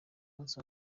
musi